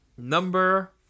Number